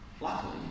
Luckily